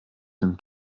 dem